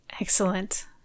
Excellent